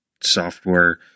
software